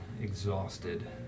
exhausted